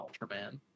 Ultraman